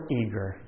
eager